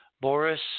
Boris